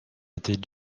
était